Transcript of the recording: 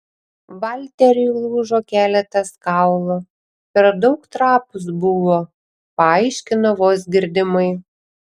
valteriui lūžo keletas kaulų per daug trapūs buvo paaiškino vos girdimai